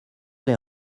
les